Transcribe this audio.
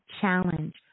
challenge